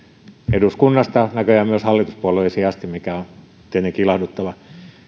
eduskunnasta näköjään myös hallituspuolueisiin asti mikä on tietenkin ilahduttavaa